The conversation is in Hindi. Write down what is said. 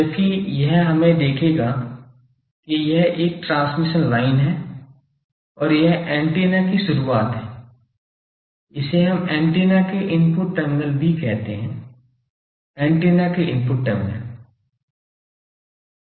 जबकि यह हमें देखेगा कि यह एक ट्रांसमिशन लाइन है और यह एंटीना की शुरुआत है इसे हम एंटीना के इनपुट टर्मिनल भी कहते हैं एंटीना के इनपुट टर्मिनल